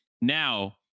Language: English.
Now